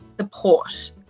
support